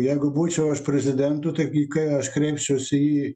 jeigu būčiau aš prezidentu tai į ką aš kreipčiausi į